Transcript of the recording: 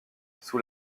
sous